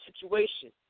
situation